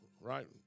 right